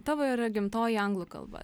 tavo yra gimtoji anglų kalba